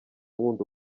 nkunda